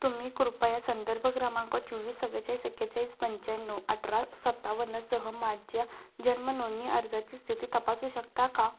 तुम्ही कृपया संदर्भ क्रमांक चौवीस चव्वेचाळीस एकेचाळीस पंच्याण्णव अठरा सत्तावन्नसह माझ्या जन्म नोंदणी अर्जाची स्थिती तपासू शकता का